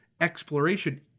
exploration